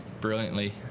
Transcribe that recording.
brilliantly